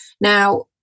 Now